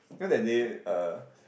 you know that day uh